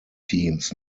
teams